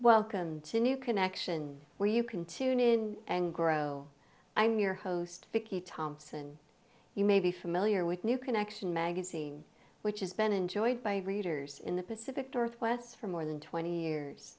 new connection where you can tune in and grow i'm your host vicky thompson you may be familiar with new connection magazine which has been enjoyed by readers in the pacific northwest for more than twenty years